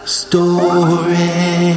story